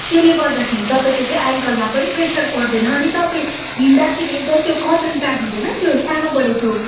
त्यसले गर्दाखेरि तपाईँको चाहिँ एङ्कलमा पनि प्रेसर पर्दैन अनि तपाईँ हिँड्दाखेरि एकदम त्यो कटन प्यान्ट हुँदैन त्यो सानो बडे त्यो